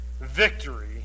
victory